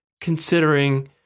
considering